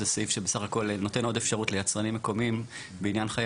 זה סעיף שנותן עוד אפשרות ליצרנים מקומיים בעניין חיי